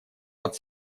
под